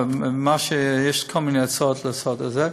ויש כל מיני הצעות לעשות את זה.